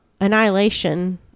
Annihilation